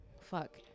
fuck